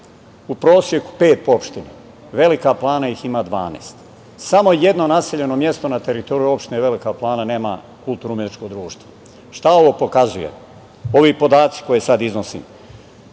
u proseku pet po opštini, a Velika Plana ih ima 12. Samo jedno naseljeno mesto na teritoriji opštine Velika Plana nema kulturno-umetničko društvo. Šta ovo pokazuje? Ovi podaci koje sad iznosim